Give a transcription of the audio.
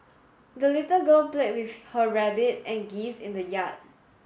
the little girl played with her rabbit and geese in the yard